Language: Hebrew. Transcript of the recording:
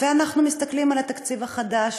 ואנחנו מסתכלים על התקציב החדש,